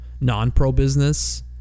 non-pro-business